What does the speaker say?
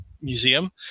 museum